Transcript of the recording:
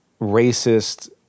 racist